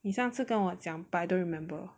你上次跟我讲 but I don't remember